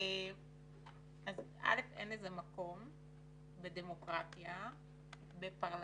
אז א', אין לזה מקום בדמוקרטיה, בפרלמנט,